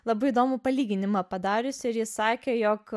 labai įdomų palyginimą padariusi ji sakė jog